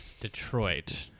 Detroit